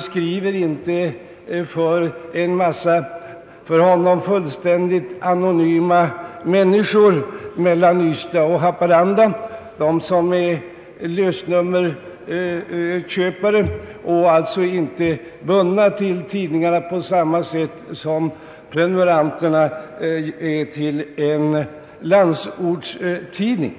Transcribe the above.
skriver inte för en massa för honom fullständigt anonyma människor mellan Ystad och Haparanda, för lösnummerköpare som inte är bundna till tidningarna på samma sätt som prenumeranterna på en landsortstidning.